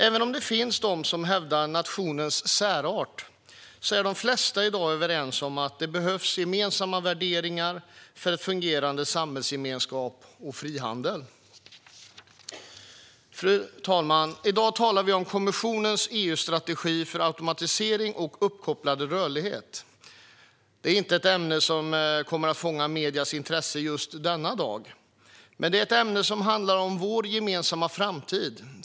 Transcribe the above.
Även om det finns de som hävdar nationens särart är de flesta i dag överens om att det behövs gemensamma värderingar för en fungerande samhällsgemenskap och frihandel. Fru talman! I dag talar vi om kommissionens EU-strategi för automatiserad och uppkopplad rörlighet. Det är inte ett ämne som kommer att fånga mediernas intresse just denna dag, men det är ett ämne som handlar om vår gemensamma framtid.